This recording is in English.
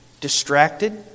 distracted